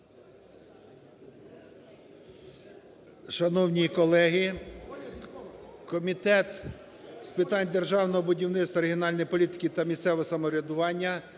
Шановні колеги, Комітет з питань державного будівництва, регіональної політики та місцевого самоврядування